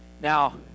Now